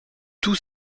tout